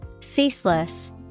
Ceaseless